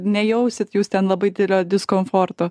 nejausit jūs ten labai didelio diskomforto